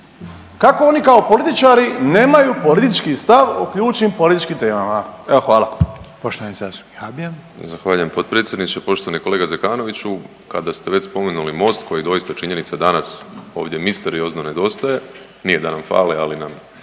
kako oni kao političari nemaju politički stav o ključnim političkim temama? Evo, hvala.